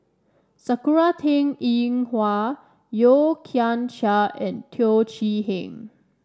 Sakura Teng Ying Hua Yeo Kian Chai and Teo Chee Hean